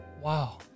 Wow